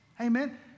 Amen